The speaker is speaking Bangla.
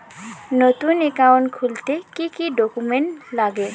নতুন একাউন্ট খুলতে কি কি ডকুমেন্ট লাগে?